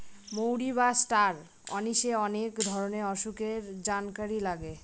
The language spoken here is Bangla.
মৌরি বা ষ্টার অনিশে অনেক ধরনের অসুখের জানকারি লাগে